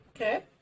Okay